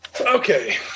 Okay